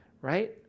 right